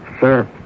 Sir